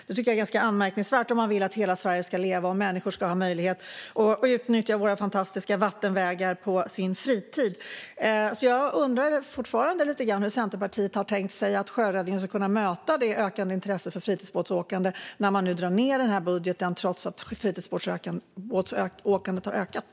Det tycker jag är ganska anmärkningsvärt om man vill att hela Sverige ska leva och att människor ska ha möjlighet att utnyttja våra fantastiska vattenvägar på sin fritid. Jag undrar därför fortfarande hur Centerpartiet har tänkt sig att sjöräddningen ska kunna möta det ökande intresset för fritidsbåtsåkande när ni nu drar ned på denna budget trots att fritidsbåtsåkandet har ökat.